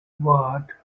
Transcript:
ward